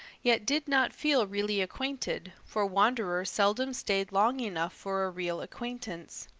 yet did not feel really acquainted, for wanderer seldom stayed long enough for a real acquaintance.